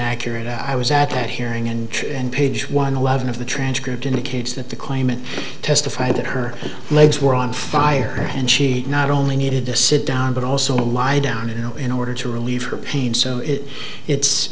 accurate i was at that hearing and page one eleven of the transcript indicates that the claimant testified that her legs were on fire and she not only needed to sit down but also lie down and in order to relieve her pain so it